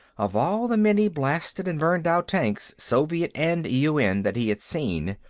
of all the many blasted and burned-out tanks, soviet and un, that he had seen,